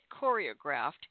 choreographed